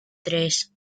tres